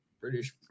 British